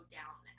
down